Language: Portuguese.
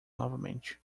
novamente